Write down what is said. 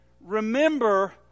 Remember